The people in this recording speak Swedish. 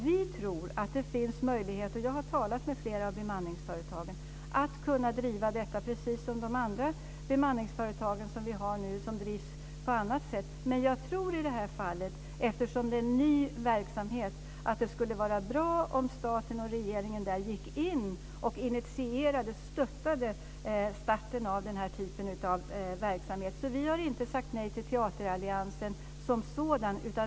Vi tror att det finns möjligheter - jag har talat med flera av bemanningsföretagen - att driva detta precis som de andra bemanningsföretag vi nu har som drivs på annat sätt. Men eftersom det är ny verksamhet tror jag i det här fallet att det skulle vara bra om staten och regeringen gick in och stöttade starten av den här typen av verksamhet. Vi har inte sagt nej till Teateralliansens om sådan.